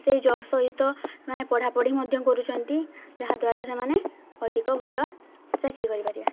ସେଇ ଜବ୍ ସହିତ ସେମାନେ ପଢ଼ାପଢ଼ି ମଧ୍ୟ କରୁଛନ୍ତି ଯାହାଦ୍ୱାରା ସେମାନେ ଅଧିକ ଭଲ ଚାକିରୀ କରିପାରିବା